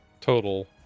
total